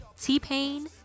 T-Pain